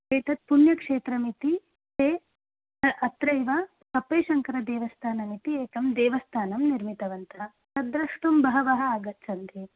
एतत् पुण्यक्षेत्रमिति ते अत्रैव कप्पेशङ्करदेवस्थानमिति एकं देवस्थानं निर्मितवन्तः तद्द्रष्टुं बहवः आगच्छन्ति